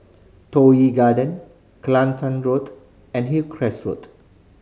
Toh Yi Garden Kelantan Road and Hillcrest Road